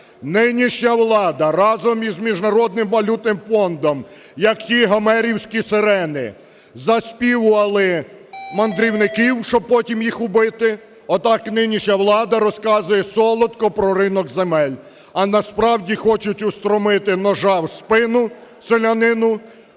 Нинішня влада разом із Міжнародним валютним фондом, як ті гомерівські сирени заспівували мандрівників, щоби потім їх убити, отак і нинішня влада розказує солодко про ринок земель. А насправді хочуть устромити ножа в спину селянину,